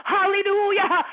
Hallelujah